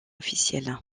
officielle